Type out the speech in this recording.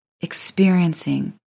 experiencing